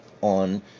on